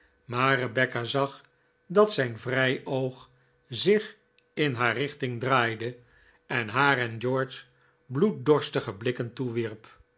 maar rebecca zag dat zijn vrij oog zich in haar richting draaide en haar en george bloeddorstige blikken toewierp